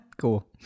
cool